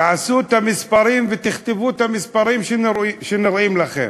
תעשו את המספרים ותכתבו את המספרים שנראים לכם.